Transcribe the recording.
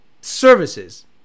services